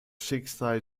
schicksal